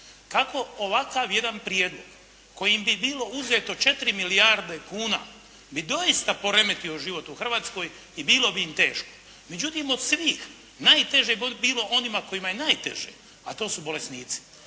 kako ovakav jedna prijedlog kojim bi bilo uzeto 4 milijarde kuna bi doista poremetilo život u Hrvatskoj i bilo bi im teško. Međutim, od svih najteže bi bilo onima kojima je najteže, a to su bolesnici.